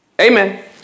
Amen